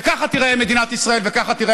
וככה תיראה מדינת ישראל וככה תיראה